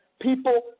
people